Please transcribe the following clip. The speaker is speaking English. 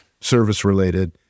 service-related